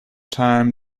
time